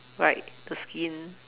right the skin